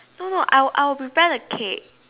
no no I'll I'll prepare the cake